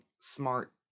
smart